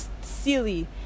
silly